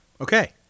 Okay